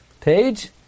page